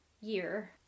year